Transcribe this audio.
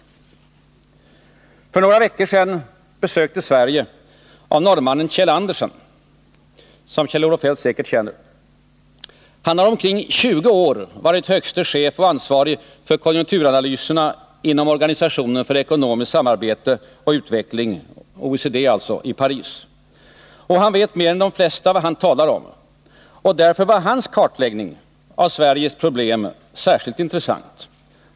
För några veckor sedan besöktes Sverige av norrmannen Kjeld Andersen, som Kjell-Olof Feldt säkert känner. Han har i omkring 20 år varit högste chef och ansvarig för konjunkturanalyserna inom Organisationen för ekonomiskt samarbete och utveckling — OECD alltså — i Paris. Han vet mer än de flesta vad han talar om. Och därför var hans kartläggning av Sveriges problem särskilt intressant.